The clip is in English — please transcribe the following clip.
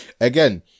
again